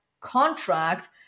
contract